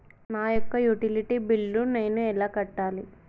నా యొక్క utility bill నేను ఎలా కట్టాలి?